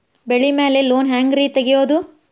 ಬೆಳಿ ಮ್ಯಾಲೆ ಲೋನ್ ಹ್ಯಾಂಗ್ ರಿ ತೆಗಿಯೋದ?